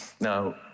now